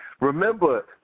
Remember